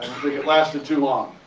it lasted too long.